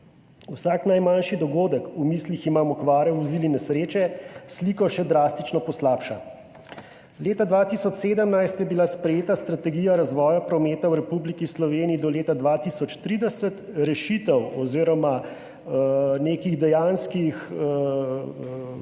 Vsak najmanjši dogodek, v mislih imam okvare vozil in nesreče, sliko še drastično poslabša. Leta 2017 je bila sprejeta Strategija razvoja prometa v Republiki Sloveniji do leta 2030, rešitev oziroma nekih dejanskih videnj,